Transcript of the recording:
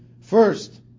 First